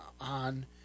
on